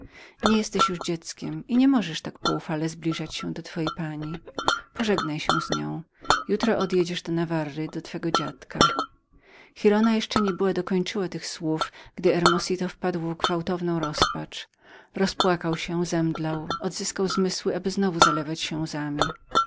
nie jesteś już dzieckiem i niemożesz tak poufale zbliżać się do twojej pani pożegnaj się z nią jutro bowiem odjedziesz do nawarry do twego dziadka giralda jeszcze nie była dokończyła tych słów gdy hermosito wpadł w gwałtowną rozpacz rozpłakał się zemdlał odzyskał zmysły aby znowu zalewać się